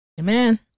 Amen